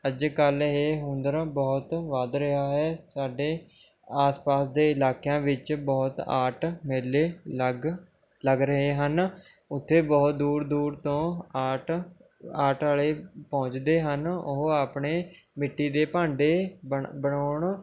ਅੱਜ ਕੱਲ੍ਹ ਇਹ ਹੁਨਰ ਬਹੁਤ ਵੱਧ ਰਿਹਾ ਹੈ ਸਾਡੇ ਆਸਪਾਸ ਦੇ ਇਲਾਕਿਆਂ ਵਿੱਚ ਬਹੁਤ ਆਰਟ ਮੇਲੇ ਲੱਗ ਲੱਗ ਰਹੇ ਹਨ ਉੱਥੇ ਬਹੁਤ ਦੂਰ ਦੂਰ ਤੋਂ ਆਰਟ ਆਰਟ ਵਾਲੇ ਪਹੁੰਚਦੇ ਹਨ ਉਹ ਆਪਣੇ ਮਿੱਟੀ ਦੇ ਭਾਂਡੇ ਬਣ ਬਣਾਉਣ